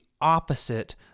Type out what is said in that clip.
opposite